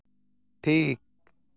ᱴᱷᱤᱠ